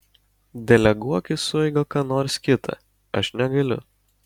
deleguok į sueigą ką nors kitą aš negaliu